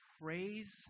praise